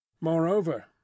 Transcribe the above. Moreover